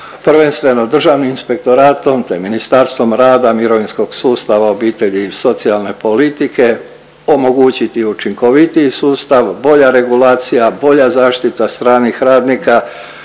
prvenstveno Državnim inspektoratom te Ministarstvom rada, mirovinskog sustava, obitelji i socijalne politike omogućiti učinkovitiji sustav, bolja regulacija, bolja zaštita stranih radnika,